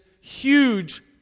huge